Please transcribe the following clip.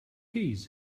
keys